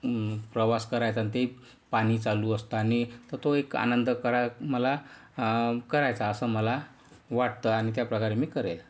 प्रवास करायचा आणि तेही पाणी चालू असताना तर तो एक आनंद करा मला करायचा असं मला वाटतं आणि त्या प्रकारे मी करेल